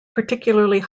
particularly